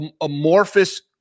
amorphous